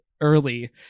early